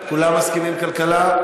כולם מסכימים כלכלה?